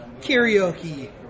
Karaoke